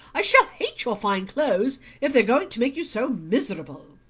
i shall hate your fine clothes if they're going to make you so miserable.